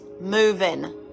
moving